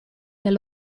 del